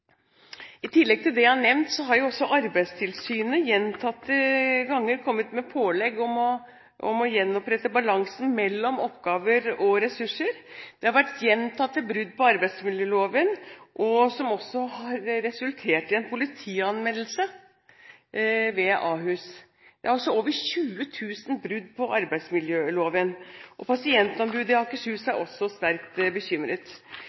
I tillegg til det jeg har nevnt, har også Arbeidstilsynet gjentatte ganger kommet med pålegg om å gjenopprette balansen mellom oppgaver og ressurser. Det har vært gjentatte brudd på arbeidsmiljøloven, som også har resultert i en politianmeldelse ved Ahus. Det er over 20 000 brudd på arbeidsmiljøloven, og pasientombudet i Akershus er også sterkt bekymret.